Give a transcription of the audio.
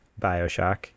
Bioshock